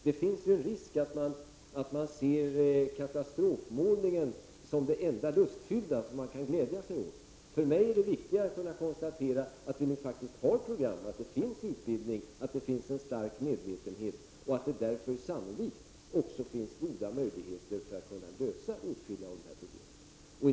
Det finns en risk att man ser katastrofmålningen som det enda lustfyllda som man kan glädja sig åt. För mig är det viktigare att kunna konstatera att vi nu faktiskt har program, att det finns utbildning, att det finns en stark medvetenhet och att det därför sannolikt också finns goda möjligheter att kunna lösa åtskilliga av dessa problem.